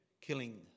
killing